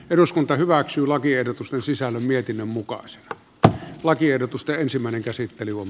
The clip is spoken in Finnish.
eduskunta hyväksyy lakiehdotus on sisällön mietinnön mukaan se että lakiehdotusta ensimmäinen käsittely on